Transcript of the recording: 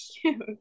cute